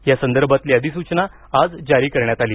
या संदर्भातली अधिसूचना आज जारी करण्यात आली